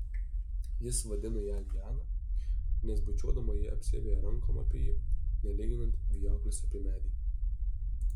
jis vadina ją liana nes bučiuodama ji apsiveja rankom apie jį nelyginant vijoklis apie medį